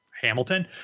Hamilton